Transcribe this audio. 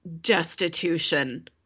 destitution